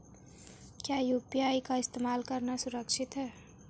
क्या यू.पी.आई का इस्तेमाल करना सुरक्षित है?